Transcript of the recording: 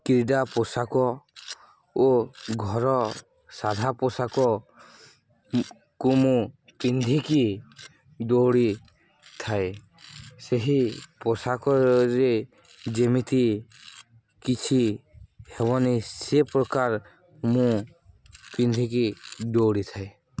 କ୍ରୀଡ଼ା ପୋଷାକ ଓ ଘର ସାଧା ପୋଷାକକୁ ମୁଁ ପିନ୍ଧିକି ଦୌଡ଼ି ଥାଏ ସେହି ପୋଷାକରେ ଯେମିତି କିଛି ହେବନି ସେ ପ୍ରକାର ମୁଁ ପିନ୍ଧିକି ଦୌଡ଼ି ଥାଏ